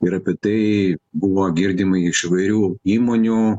ir apie tai buvo girdima iš įvairių įmonių